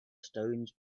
stones